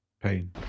pain